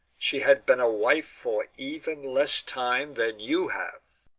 she had been a wife for even less time than you have.